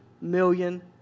million